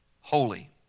holy